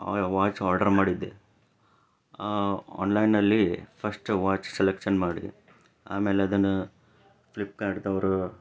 watch order ಮಾಡಿದ್ದೆ ಆನ್ಲೈನ್ನಲ್ಲಿ first watch selection ಮಾಡಿ ಆಮೇಲೆ ಅದನ್ನು ಫ್ಲಿಪ್ಕಾರ್ಟ್ದವರು